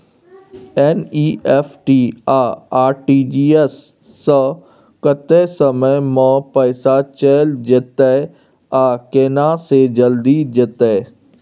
NEFT आ RTGS स कत्ते समय म पैसा चैल जेतै आ केना से जल्दी जेतै?